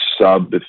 sub